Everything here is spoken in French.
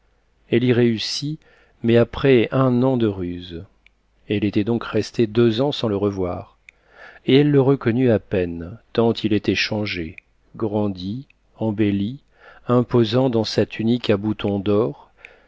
elle y réussit mais après un an de ruses elle était donc restée deux ans sans le revoir et elle le reconnut à peine tant il était changé grandi embelli imposant dans sa tunique à boutons d'or